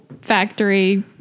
factory